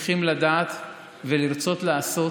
צריכים לדעת ולרצות לעשות